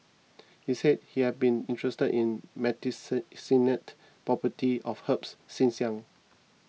he said he had been interested in property of herbs since young